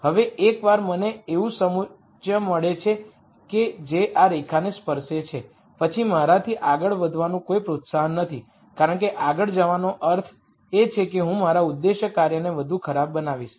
હવે એકવાર મને આ જેવું સમોચ્ચ મળે છે જે આ રેખાને સ્પર્શે છે પછી મારાથી આગળ વધવાનું કોઈ પ્રોત્સાહન નથી કારણ કે આગળ જવાનો અર્થ એ છે કે હું મારા ઉદ્દેશ્ય કાર્યને વધુ ખરાબ બનાવીશ